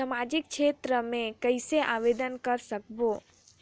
समाजिक क्षेत्र मे कइसे आवेदन कर सकबो?